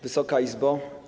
Wysoka Izbo!